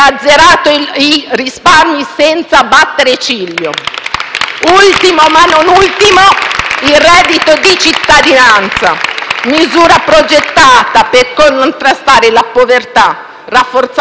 Ultimo, ma non ultimo, il reddito di cittadinanza, misura progettata per contrastare la povertà, rafforzare la coesione sociale e stimolare le politiche attive del lavoro.